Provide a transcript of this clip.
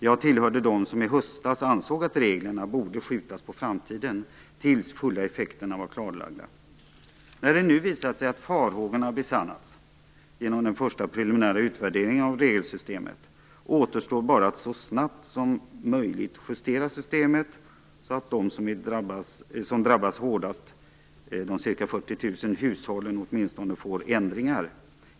Jag hörde till dem som i höstas ansåg att reglerna borde skjutas på framtiden tills de fulla effekterna var klarlagda. När det nu, genom den första preliminära utvärderingen av regelsystemet, visat sig att farhågorna besannats, återstår bara att så snabbt som möjligt justera systemet, så att åtminstone de ca 40 000 hushåll som drabbas hårdast, får ändringar.